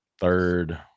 third –